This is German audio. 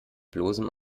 bloßem